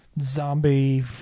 zombie